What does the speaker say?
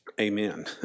Amen